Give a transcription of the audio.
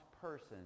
person